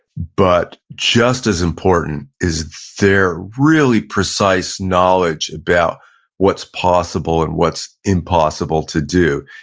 but just as important is their really precise knowledge about what's possible and what's impossible to do.